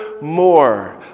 more